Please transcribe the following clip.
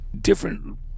different